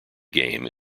game